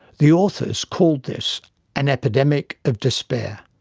the authors called this an epidemic of despair.